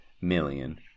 million